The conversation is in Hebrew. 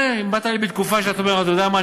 באת בתקופה שאתה אומר: אתה יודע מה,